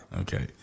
Okay